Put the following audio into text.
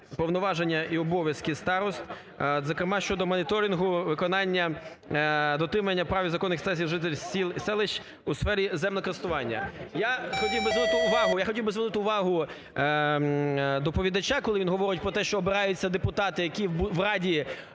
повноваження і обов'язки старост, зокрема щодо моніторингу виконання дотримання прав і законних інтерсів жителів сіл і селищ у сфері землекористування. Я хотів би звернути увагу доповідача, коли він говорить про те, що обираються депутати, які в раді